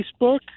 Facebook